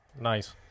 Nice